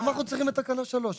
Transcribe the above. למה אנחנו צריכים את תקנה 3?